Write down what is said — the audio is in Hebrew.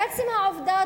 עצם העובדה,